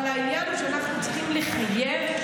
אבל העניין הוא שאנחנו צריכים לחייב,